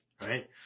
right